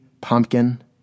pumpkin